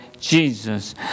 Jesus